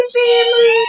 family